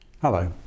Hello